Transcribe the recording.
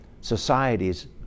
societies